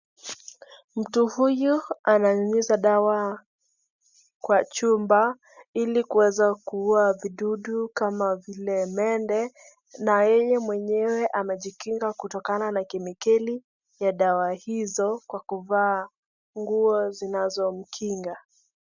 Mtu huyu ananyunyiza dawa kwa chumba ili kuweza kuua vidudu kama vile mende, na yeye mwenyewe amejikinga kutokana na kemikeli ya dawa hizo kwa kuvaa nguo zinazo mkinga.